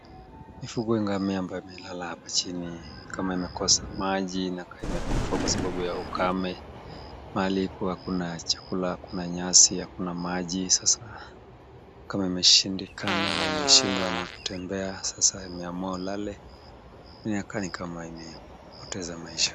Mfugo wa ngamia ambaye amelala hapa chini, ni kama amekosa maji inakaa amekufa kwa sababu ya ukame. Mahali yuko hakuna chakula, hakuna nyasi, hakuna maji sasa ni kama ameshindwa na kutembea sasa ameamua walale ni kama amepoteza maisha.